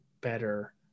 better